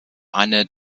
eine